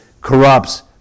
corrupts